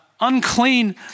unclean